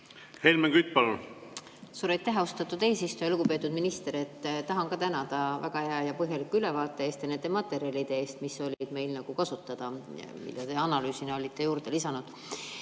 Helmen Kütt, palun! Suur aitäh, austatud eesistuja! Lugupeetud minister! Ma tahan ka tänada väga hea ja põhjaliku ülevaate eest ja nende materjalide eest, mis olid meil kasutada, mille te analüüsina olite juurde lisanud.